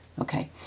Okay